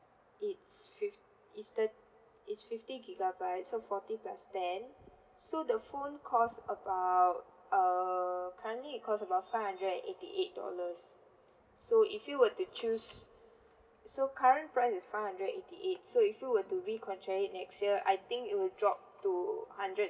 it's fifth is the is fifty gigabyte so forty plus ten so the phone cost about err currently it cost about five hundred and eighty eight dollars so if you were to choose so current price is five hundred eighty eight so if you were to re-contract it next year I think it will drop to hundred